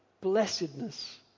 blessedness